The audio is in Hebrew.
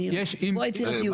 פה היצירתיות.